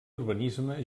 urbanisme